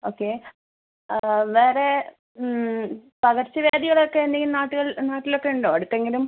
okay വേറെ പകർച്ച വ്യാധികളൊക്കെ എന്തെങ്കിലും നാട്ടുകൾ നാട്ടിലൊക്കെ ഉണ്ടോ അടുത്തെങ്കിലും